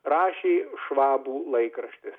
rašė švabų laikraštis